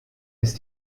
ist